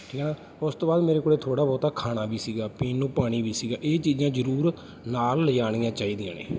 ਠੀਕ ਆ ਨਾ ਉਸ ਤੋਂ ਬਾਅਦ ਮੇਰੇ ਕੋਲ ਥੋੜ੍ਹਾ ਬਹੁਤ ਖਾਣਾ ਵੀ ਸੀਗਾ ਪੀਣ ਨੂੰ ਪਾਣੀ ਵੀ ਸੀਗਾ ਇਹ ਚੀਜ਼ਾਂ ਜ਼ਰੂਰ ਨਾਲ ਲਿਜਾਣੀਆਂ ਚਾਹੀਦੀਆਂ ਨੇ